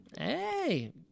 Hey